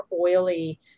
oily